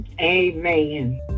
Amen